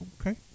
Okay